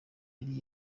yari